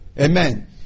Amen